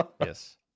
Yes